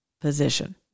position